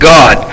God